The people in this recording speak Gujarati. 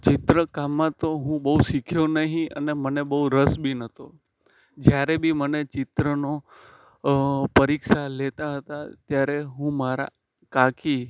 ચિત્રકામમાં તો હું બહુ શીખ્યો નહીં અને મને બહુ રસ બી નહોતો જ્યારે બી મને ચિત્રનો પરીક્ષા લેતાં હતાં ત્યારે હું મારાં કાકી